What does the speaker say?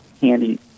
handy